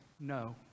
no